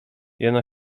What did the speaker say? jeno